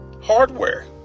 hardware